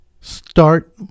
Start